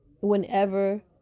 Whenever